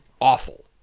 awful